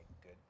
good